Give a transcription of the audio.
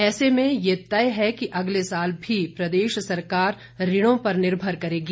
ऐसे में यह तय है कि अगले साल भी प्रदेश सरकार ऋणों पर निर्भर होगी